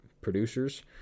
producers